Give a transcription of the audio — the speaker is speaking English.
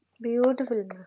Beautiful